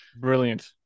Brilliant